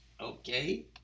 Okay